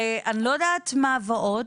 אני לא יודעת מה עוד,